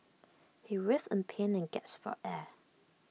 he writhed in pain and gasped for air